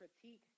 critique